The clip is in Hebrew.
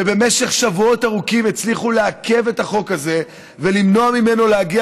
שבמשך שבועות ארוכים הצליחו לעכב את החוק הזה ולמנוע ממנו להגיע